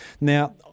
Now